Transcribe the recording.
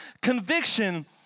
Conviction